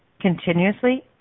continuously